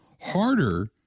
harder